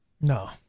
No